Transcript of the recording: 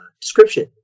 description